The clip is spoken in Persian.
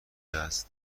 است